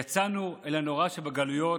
יצאנו אל הנוראה שבגלויות,